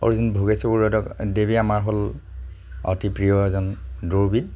অৰ্জুন ভোগেশ্বৰ বৰুৱাদেৱেই আমাৰ হ'ল অতি প্ৰিয় এজন দৌৰবিদ